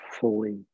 fully